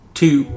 two